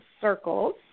Circles